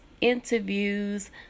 interviews